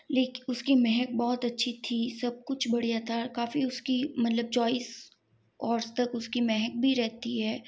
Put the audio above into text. like उसकी महक बहुत अच्छी थी सब कुछ बढ़िया था काफ़ी उसकी मलब चौबीस आर्स तक उसकी महक भी रहती है